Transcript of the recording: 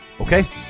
okay